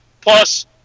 Plus